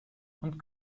und